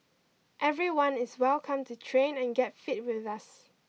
everyone is welcome to train and get fit with us